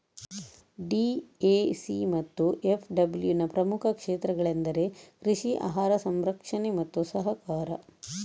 DAC ಮತ್ತು ಎಫ್.ಡಬ್ಲ್ಯೂನ ಪ್ರಮುಖ ಕ್ಷೇತ್ರಗಳೆಂದರೆ ಕೃಷಿ, ಆಹಾರ ಸಂರಕ್ಷಣೆ ಮತ್ತು ಸಹಕಾರ